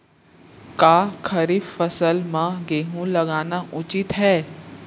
का खरीफ फसल म गेहूँ लगाना उचित है?